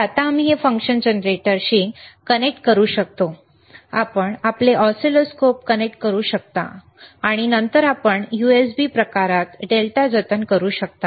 तर आता आम्ही ते फंक्शन जनरेटरशी कनेक्ट करू शकतो आपण आपले ऑसिलोस्कोप कनेक्ट करू शकता आणि नंतर आपण USB प्रकारात डेटा जतन करू शकता